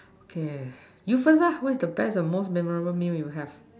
okay you first ah what was the best or most memorable meal you have